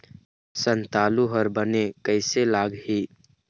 संतालु हर बने कैसे लागिही?